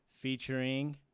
Featuring